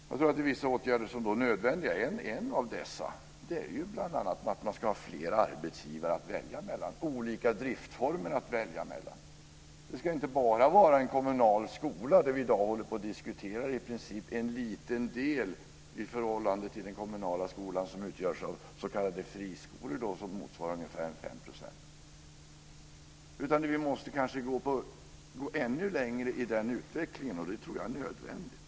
Jag tror att vissa åtgärder då är nödvändiga. En av dem är att man ska ha fler arbetsgivare att välja mellan, olika driftsformer att välja mellan. Det ska inte bara vara en kommunal skola. Vi diskuterar i princip en liten del i förhållande till den kommunala skolan som utgörs av s.k. friskolor och som motsvarar ungefär 5 %. Vi måste kanske gå ännu längre i den utvecklingen, vilket jag tror är nödvändigt.